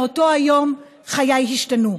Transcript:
מאותו היום חיי השתנו.